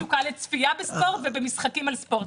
יש לו תשוקה לצפייה בספורט ובמשחקי ספורט,